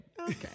Okay